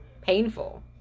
painful